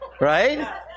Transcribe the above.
right